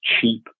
cheap